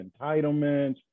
entitlements